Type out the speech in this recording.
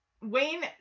Wayne